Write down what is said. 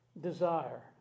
desire